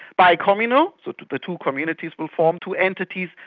bi-communal, so the two communities will form two entities,